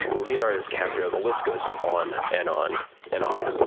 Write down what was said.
leonardo dicaprio the list goes on and on and on.